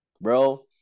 bro